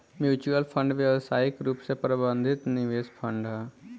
mutual fund व्यावसायिक रूप से प्रबंधित निवेश फंड ह